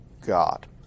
God